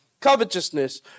covetousness